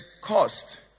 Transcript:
cost